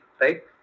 right